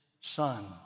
son